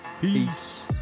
Peace